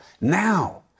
now